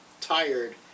tired